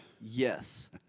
Yes